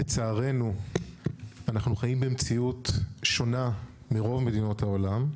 לצערנו אנחנו חיים במציאות שונה מרוב מדינות העולם.